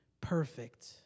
perfect